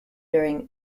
during